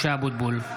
(קורא בשמות חברי הכנסת) משה אבוטבול,